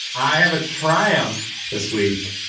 i have a triumph this week.